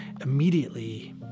immediately